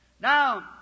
Now